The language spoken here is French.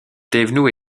thévenoud